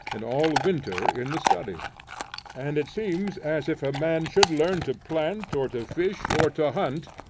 and all winter in the study and it seems as if a man should learn to plant, or to fish, or to hunt,